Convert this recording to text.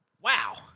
wow